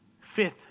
Fifth